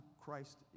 Christ